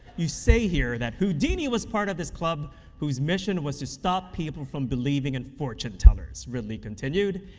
you say here that, houdini was part of this club whose mission was to stop people from believing in fortunetellers, ridley continued,